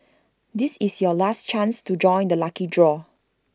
this is your last chance to join the lucky draw